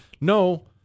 No